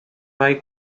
vai